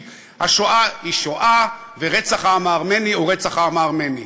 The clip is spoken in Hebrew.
זו לא החלטה אישית: השואה היא שואה ורצח העם הארמני הוא רצח העם הארמני.